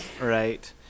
Right